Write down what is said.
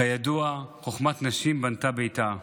כידוע, "חכמות נשים בנתה ביתה".